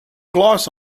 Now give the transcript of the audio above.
gloss